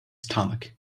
stomach